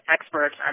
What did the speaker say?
experts